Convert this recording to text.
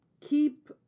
keep